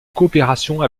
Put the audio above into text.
coopérations